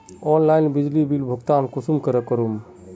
Online बिजली bill भुगतान कुंसम करे करूम?